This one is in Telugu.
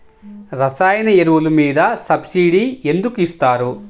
రసాయన ఎరువులు మీద సబ్సిడీ ఎందుకు ఇస్తారు?